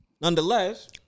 Nonetheless